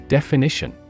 Definition